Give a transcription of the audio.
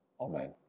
Amen